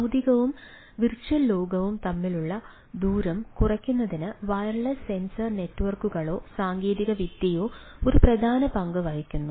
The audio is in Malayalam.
ഭൌതികവും വിർച്വൽ ലോകവും തമ്മിലുള്ള ദൂരം കുറയ്ക്കുന്നതിന് വയർലെസ് സെൻസർ നെറ്റ്വർക്കുകളോ സാങ്കേതികവിദ്യയോ ഒരു പ്രധാന പങ്ക് വഹിക്കുന്നു